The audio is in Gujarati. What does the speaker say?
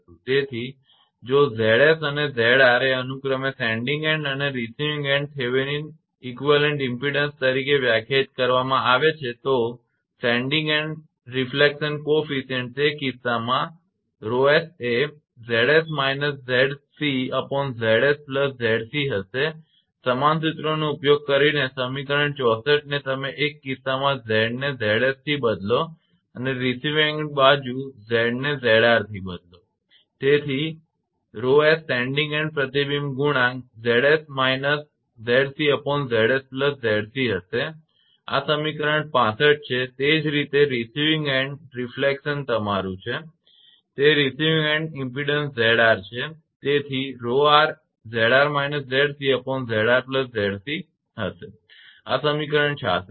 તેથી જો 𝑍𝑠 અને 𝑍𝑟 એ અનુક્રમે સેન્ડીંગ એન્ડ અને રિસીવીંગ એન્ડ થેવેનિન સમકક્ષ ઇમપેડન્સ તરીકે વ્યાખ્યાયિત કરવામાં આવે છે તો સેન્ડીંગ એન્ડ પ્રતિબિંબ ગુણાંક તે કિસ્સામાં તે 𝜌𝑠 એ 𝑍𝑠−𝑍𝑐𝑍𝑠𝑍𝑐 હશે સમાન સૂત્રનો ઉપયોગ કરીને સમીકરણ 64 ને તમે એક કેસમાં Z ને 𝑍𝑠 થી બદલો અને રિસીવીંગ એન્ડ બાજુ Z ને 𝑍𝑟 થી બદલો તેથી 𝜌𝑠 સેન્ડીંગ એન્ડ પ્રતિબિંબ ગુણાંક એ 𝑍𝑠−𝑍𝑐𝑍𝑠𝑍𝑐 હશે આ સમીકરણ 65 છે તે જ રીતે રિસીવીંગ એન્ડ તે પ્રતિબિંબ તમારુ છે તે રિસીવીંગ એન્ડ ઇમપેડન્સ 𝑍𝑟 છે તેથી 𝜌𝑟 એ 𝑍𝑟−𝑍𝑐𝑍𝑟𝑍𝑐 હશે આ સમીકરણ 66 છે